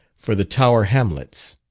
for the tower hamlets.